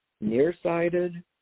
nearsighted